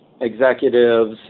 executives